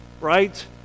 right